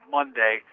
Monday